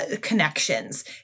connections